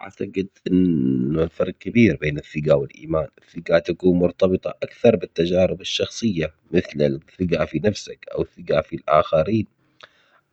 أعتقد إنه الفرق كبير بين اليقة والإيمان، الثقة تكون مرتبطة أكثر بالتجارب الشخصية مثل الثقة في نفسك أو الثقة في الآخرين،